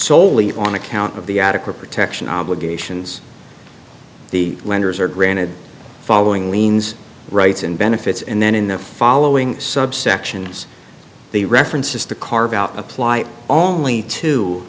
soley on account of the adequate protection obligations the lenders are granted following liens rights and benefits and then in the following subsections the references to carve out apply only to